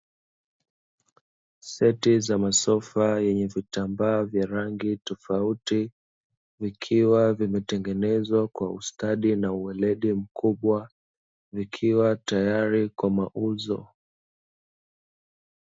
Seti za masofa yenye vitambaa vya rangi tofauti, vikiwa vimetengenezwa kwa ustadi na ueledi mkubwa, vikiwa tayari kwa mauzo.